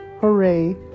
Hooray